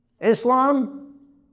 Islam